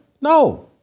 No